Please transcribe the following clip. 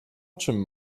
czym